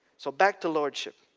so back to lordship.